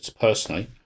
personally